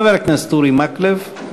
חבר הכנסת אורי מקלב,